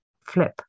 flip